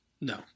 No